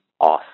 awesome